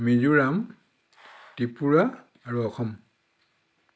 মিজোৰাম ত্ৰিপুৰা আৰু অসম